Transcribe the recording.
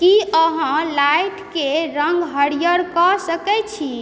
की अहाँ लाइटके रङ्ग हरिअर कऽ सकै छी